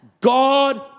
God